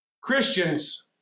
Christians